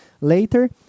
later